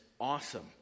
awesome